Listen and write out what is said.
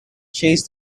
chase